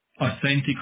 authentic